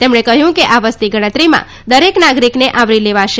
તેમણે કહ્યું કે આ વસ્તીગણતરીમાં દરેક નાગરિકને આવરી લેવાશે